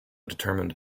determined